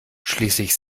schließlich